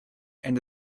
and